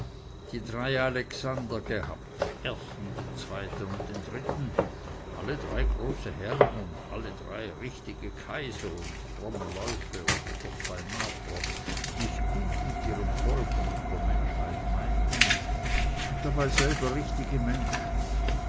die drei alexander gehabt den ersten den zweiten und den dritten alle drei große herren und alle drei richtige kaiser und fromme leute oder doch beinah fromm die's gut mit ihrem volk und mit der menschheit meinten und dabei selber richtige menschen